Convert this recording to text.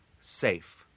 SAFE